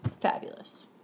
fabulous